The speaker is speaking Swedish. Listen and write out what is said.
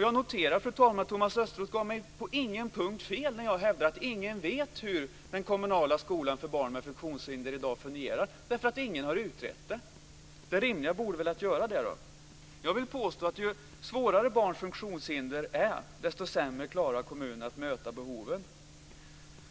Jag noterar, fru talman, att Thomas Östros på ingen punkt gav mig fel när jag hävdade att ingen vet hur den kommunala skolan för barn med funktionshinder i dag fungerar, eftersom ingen har utrett det. Det rimliga borde väl vara att man gör det. Jag vill påstå att ju svårare barns funktionshinder är desto sämre klarar kommunerna att möta behoven.